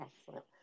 excellent